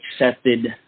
accepted